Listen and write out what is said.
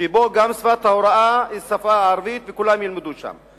שגם שפת ההוראה היא השפה הערבית, וכולם ילמדו שם.